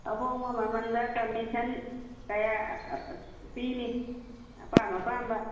ꯑꯍꯣꯡꯕ ꯃꯃꯜꯗ ꯀꯝꯃꯤꯁꯟ ꯀꯌꯥ ꯄꯤꯅꯤ ꯑꯄꯥꯝ ꯑꯄꯥꯝꯕ